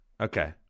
Okay